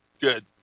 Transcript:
Good